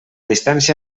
distància